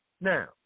Now